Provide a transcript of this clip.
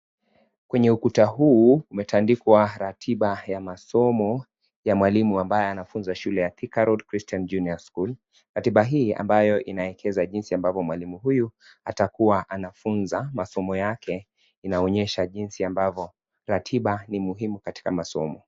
Kwenye ukuta huu unetandikwa ratiba ya masomo ya mwalimu ambaye anafunza shule ya Thika Road Christian Junior School. Ratiba hii ambayo inaeleza jinzi ambavyo mwalimu huyu atakuwa anafunza masomo yake. Inaonyesha jinzi ambavyo ratiba ni muhimu katika masomo.